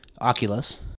Oculus